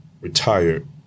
retired